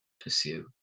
pursue